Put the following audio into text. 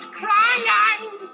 crying